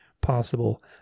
possible